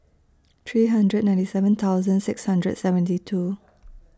three hundred ninety seven thousand six hundred seventy two